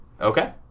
Okay